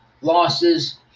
losses